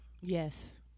Yes